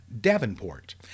Davenport